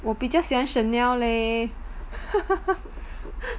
我比较喜欢 Chanel leh